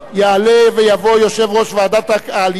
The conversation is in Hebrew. יעלה ויבוא יושב-ראש ועדת העלייה,